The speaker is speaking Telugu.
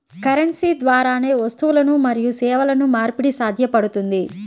కరెన్సీ ద్వారానే వస్తువులు మరియు సేవల మార్పిడి సాధ్యపడుతుంది